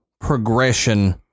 progression